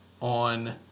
on